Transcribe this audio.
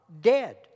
Dead